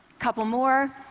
couple more.